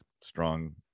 strong